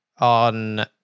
on